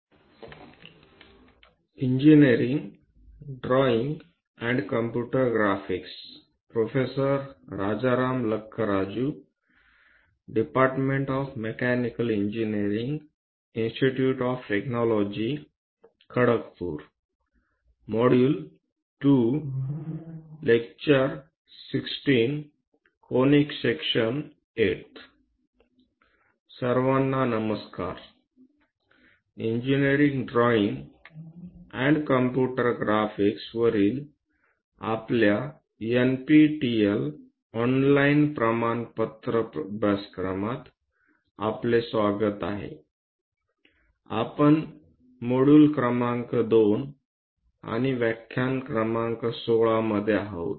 सर्वांना नमस्कार engineering drawing and computer ग्राफिक्सवरील आपल्या एनपीटीईएल ऑनलाइन प्रमाणपत्र अभ्यासक्रमात आपले स्वागत आहे आपण मॉड्यूल क्रमांक 02 आणि व्याख्यान क्रमांक 16 मध्ये आहोत